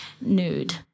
nude